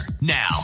now